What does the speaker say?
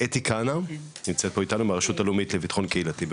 נשמח את אתי כהנא שנמצאת פה אתנו מהרשות הלאומית לביטחון קהילתי.